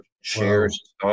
shares